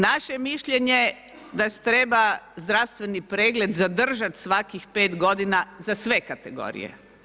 Naše je mišljenje da se treba zdravstveni pregled zadržati svakih 5 godina za sve kategorije.